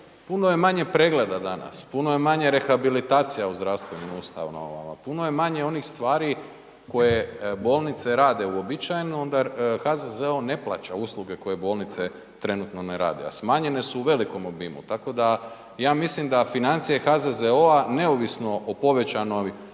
Puno je manje pregleda danas, puno manje rehabilitacija u zdravstvenim ustanovama, puno je manje onih stvari koje bolnice rade uobičajeno, onda HZZO ne plaća usluge koje bolnice trenutno ne rade. A smanjene su u velikom obimu, tako da, ja mislim da financije HZZO-a neovisno o povećanoj